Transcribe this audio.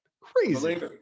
Crazy